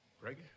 Greg